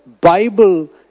Bible